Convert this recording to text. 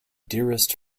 dearest